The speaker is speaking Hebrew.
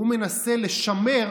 הוא מנסה לשמר